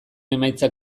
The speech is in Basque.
emaitzak